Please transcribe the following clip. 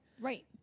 right